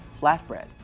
flatbread